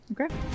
okay